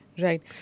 Right